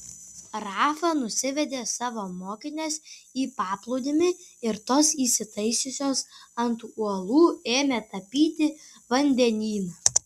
rafa nusivedė savo mokines į paplūdimį ir tos įsitaisiusios ant uolų ėmė tapyti vandenyną